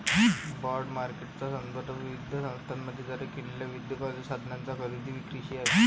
bond मार्केटचा संदर्भ विविध संस्थांद्वारे जारी केलेल्या विविध कर्ज साधनांच्या खरेदी विक्रीशी आहे